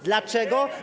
Dlaczego?